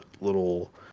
little